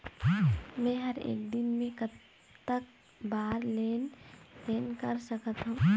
मे हर एक दिन मे कतक बार लेन देन कर सकत हों?